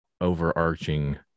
overarching